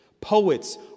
Poets